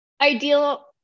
ideal